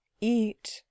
Eat